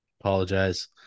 Apologize